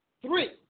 three